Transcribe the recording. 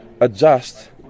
adjust